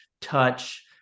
touch